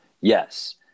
yes